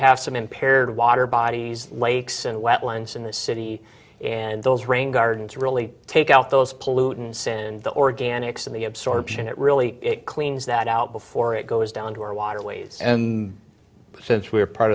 have some impaired water bodies lakes and wetlands in the city and those rain gardens really take out those pollutants and the organics and the absorption it really it cleans that out before it goes down to our waterways and since we're part